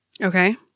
Okay